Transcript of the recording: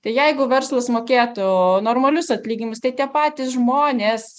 tai jeigu verslas mokėtų normalius atlyginimus tai tie patys žmonės